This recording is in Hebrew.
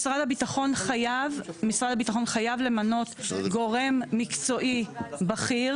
משרד הביטחון חייב למנות גורם מקצועי בכיר